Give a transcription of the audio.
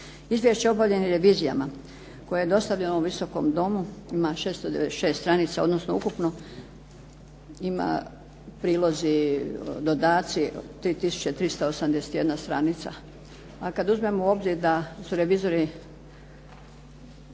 Izvješće o obavljenim revizijama koje je dostavljeno ovom Visokom domu ima 696 stranica, odnosno ukupno ima prilozi, dodaci 3381 stranica, a kad uzmemo u obzir da su revizori